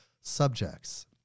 subjects